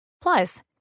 Plus